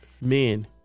Men